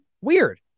weird